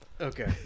Okay